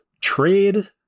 trade